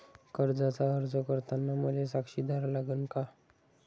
कर्जाचा अर्ज करताना मले साक्षीदार लागन का?